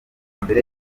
mbere